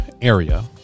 area